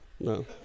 no